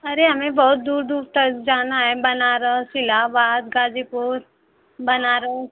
अरे हमें बहुत दूर दूर तक जाना है बनारस इलाहाबाद गाजीपुर बनारस